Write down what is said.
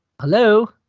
hello